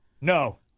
no